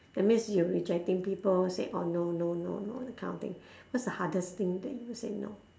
that means you rejecting people say orh no no no no that kind of thing what's the hardest thing that you say no